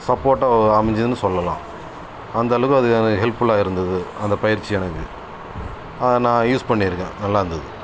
சப்போர்ட்டா அமைஞ்சுதுன்னு சொல்லலாம் அந்தளவு அது எனக்கு ஹெல்ப்ஃபுல்லா இருந்தது அந்த பயிற்சி எனக்கு அதை நான் யூஸ் பண்ணிருக்கேன் நல்லாயிருந்தது